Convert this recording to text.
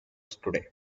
today